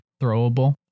throwable